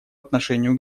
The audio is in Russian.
отношению